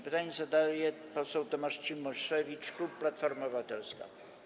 Pytanie zadaje poseł Tomasz Cimoszewicz, klub Platforma Obywatelska.